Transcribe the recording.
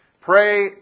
pray